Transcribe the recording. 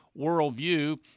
worldview